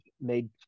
made